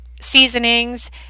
seasonings